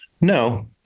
No